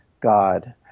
God